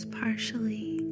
partially